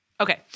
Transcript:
Okay